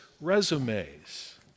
resumes